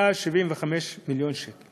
עם תמונות כאלו.